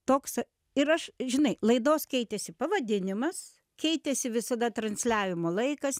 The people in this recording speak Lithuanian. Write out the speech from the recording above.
toks ir aš žinai laidos keitėsi pavadinimas keitėsi visada transliavimo laikas